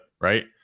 right